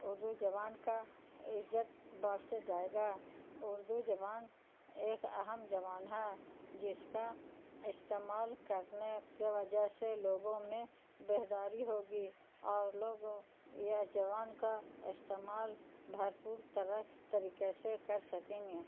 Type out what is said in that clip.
اردو جبان کا عزت برث جائے گا اردو جبان ایک اہم جوبان ہے جس کا استعمال کرنے کے وجہ سے لوگوں میں بہداری ہوگی اور لوگوں یہ جوبان کا استعمال بھرپور ترق طریقے سے کر سکیں گے